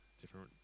different